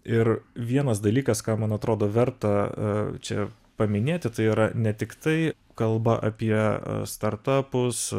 ir vienas dalykas ką man atrodo verta čia paminėti tai yra ne tiktai kalba apie startapus